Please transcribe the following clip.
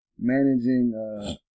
managing